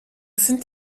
sind